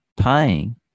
paying